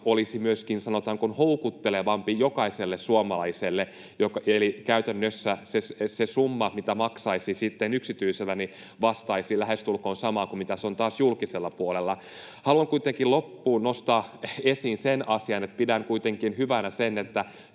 olisi, sanotaan, niin kuin houkuttelevampi jokaiselle suomalaiselle, eli käytännössä se summa, mitä maksaisi yksityisellä, vastaisi lähestulkoon samaa kuin mitä se on julkisella puolella. Haluan kuitenkin loppuun nostaa esiin sen asian, että pidän hyvänä, kun